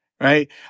Right